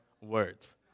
words